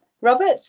Robert